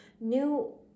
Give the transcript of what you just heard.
new